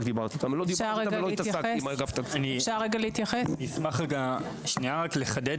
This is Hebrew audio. אני אשמח לחדד